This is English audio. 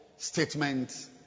statement